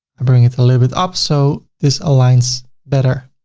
i bring it a little bit up. so this aligns better.